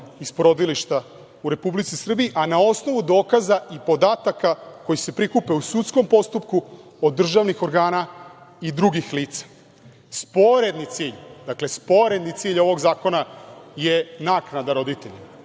iz porodilišta u Republici Srbiji, a na osnovu dokaza i podataka koji se prikupe u sudskom postupku, od državnih organa i drugih lica. Sporedni cilj ovog zakona je naknada roditeljima,